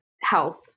health